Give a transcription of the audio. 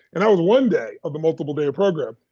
and that was one day of a multiple day program,